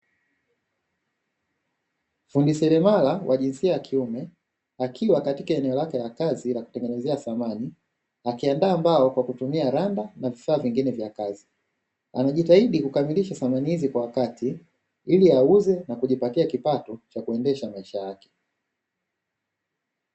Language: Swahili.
Fundi seremala wa jinsia ya kiume akiwa katika eneo lake la kazi la kutengenezea samani, akiandaa mbao kwa kutumia randa na vifaa vingine vya kazi. Anajitahidi kukamilisha samani hizi kwa wakati ili auze na kujipatia kipato cha kuendesha maisha yake.